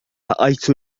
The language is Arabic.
رأيت